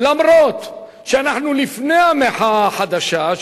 אף שאנחנו לפני המחאה החדשה,